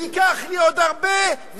ייקח לי עוד הרבה,